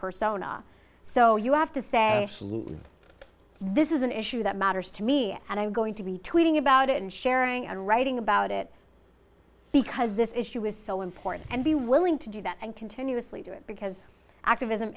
person so you have to say absolutely this is an issue that matters to me and i'm going to be tweeting about it and sharing and writing about it because this issue is so important and be willing to do that and continuously do it because activism